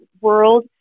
world